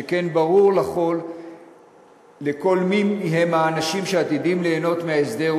שכן ברור לכול מי הם האנשים שעתידים ליהנות מההסדר,